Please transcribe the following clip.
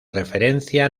referencia